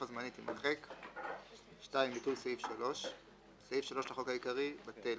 2 ו-3" יבוא "לפי סעיף 2". ביטול סעיף 65. סעיף 6 לחוק העיקרי בטל.